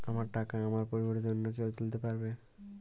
আমার টাকা আমার পরিবর্তে অন্য কেউ তুলতে পারবে?